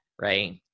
Right